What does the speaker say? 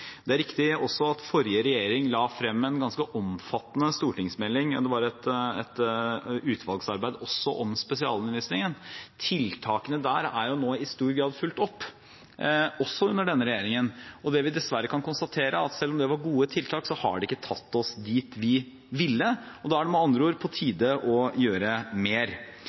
Det er riktig at forrige regjering la frem en ganske omfattende stortingsmelding, det var også et utvalgsarbeid om spesialundervisningen. Tiltakene der er nå i stor grad fulgt opp, også under denne regjeringen, og det vi dessverre kan konstatere, er at selv om det var gode tiltak, så har de ikke tatt oss dit vi ville, og da er det med andre ord på tide å gjøre mer.